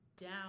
down